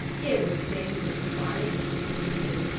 everything was quiet and still,